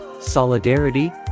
solidarity